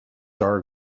our